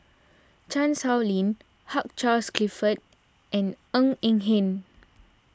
Chan Sow Lin Hugh Charles Clifford and Ng Eng Hen